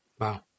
Wow